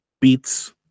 beats